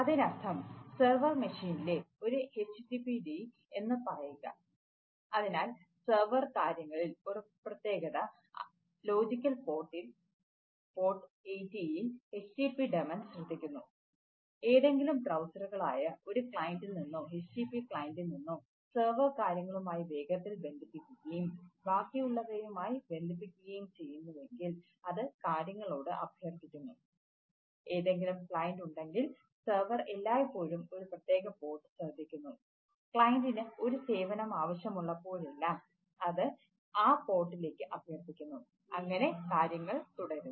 അതിനർത്ഥം സെർവർ മെഷീനിലെ അഭ്യർത്ഥിക്കുന്നു അങ്ങനെ കാര്യങ്ങൾ തുടരുന്നു